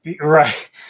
Right